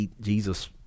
Jesus